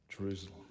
Jerusalem